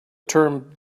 term